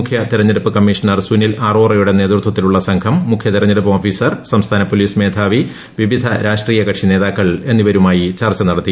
മുഖ്യ തെരഞ്ഞെടുപ്പ് കമ്മീഷണർ സുനിൽ അറോറയുടെ നേതൃത്വത്തിലുള്ള സംഘം മുഖ്യതെരഞ്ഞെടുപ്പ് ഓഫീസർ സംസ്ഥാന പോലീസ് മേധാവി വിവിധ രാഷ്ട്രീയ കക്ഷി നേതാക്കൾ എഫ്നീവരുമായി ചർച്ച നടത്തി